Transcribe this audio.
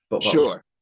Sure